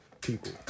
people